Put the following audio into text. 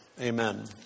Amen